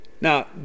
Now